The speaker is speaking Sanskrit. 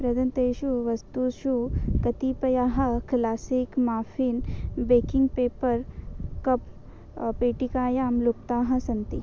प्रदत्तेषु वस्तुषु कतिपयाः classic muffin baking paper cup पेटिकाः लुप्ताः सन्ति